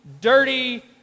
dirty